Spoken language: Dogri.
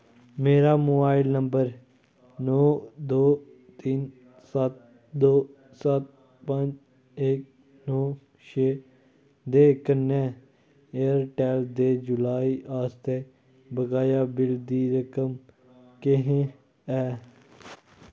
मेरा मोबाइल नंबर नौ दो तिन्न सत्त दो सत्त पंज इक नौ छे दे कन्नै एयरटैल्ल दे जुलाई आस्तै बकाया बिल दी रकम केह् ऐ